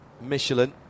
Michelin